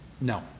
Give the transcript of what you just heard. No